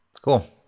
cool